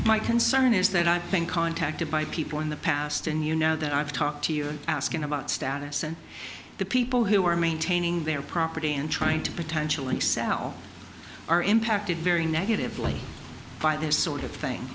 my concern is that i think contacted by people in the past and you know that i've talked to you asking about status and the people who are maintaining their property and trying to potentially sell are impacted very negatively by this sort of thing